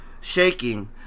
shaking